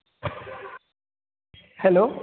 hello